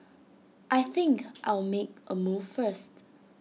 I think I'll make A move first